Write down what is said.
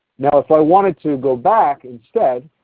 now if i wanted to go back instead,